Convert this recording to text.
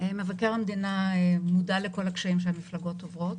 מבקר המדינה מודע לכל הקשיים שהמפלגות עוברות